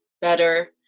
better